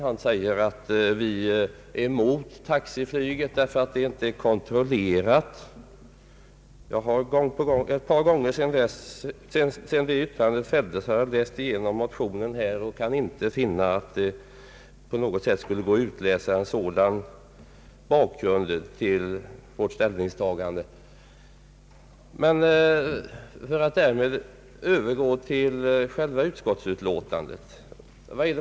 Han säger att vi är emot taxiflyget därför att det inte är kontrollerat. Ett par gånger sedan det yttrandet fälldes har jag läst igenom motionen, och jag kan inte finna att det på något sätt skulle gå att utläsa en sådan bakgrund till vårt ställningstagande. Vad är det man har sagt i själva utskottsutlåtandet?